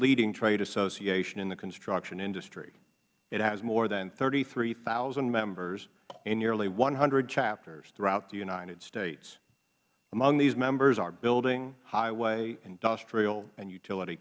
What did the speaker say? leading trade association in the construction industry it has more than thirty three thousand members in nearly one hundred chapters throughout the united states among these members are building highway industrial and utility